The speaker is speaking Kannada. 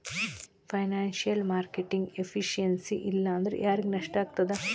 ಫೈನಾನ್ಸಿಯಲ್ ಮಾರ್ಕೆಟಿಂಗ್ ಎಫಿಸಿಯನ್ಸಿ ಇಲ್ಲಾಂದ್ರ ಯಾರಿಗ್ ನಷ್ಟಾಗ್ತದ?